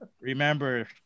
Remember